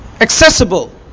accessible